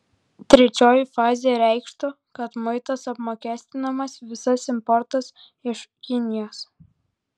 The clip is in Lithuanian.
trečioji fazė reikštų kad muitais apmokestinamas visas importas iš kinijos